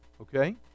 Okay